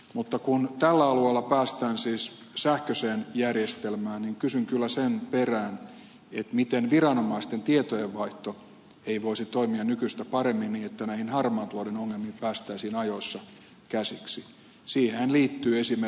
mutta kun tällä alueella päästään siis sähköiseen järjestelmään niin kysyn kyllä sen perään miten viranomaisten tietojenvaihto ei voisi toimia nykyistä paremmin niin että näihin harmaan talouden ongelmiin päästäisiin ajoissa käsiksi